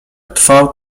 trwał